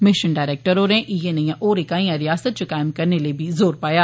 mission director होरें इयै नेइयां होर इकाइयां रिआसत च कायम करने लेई बी जोर पाया